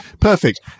perfect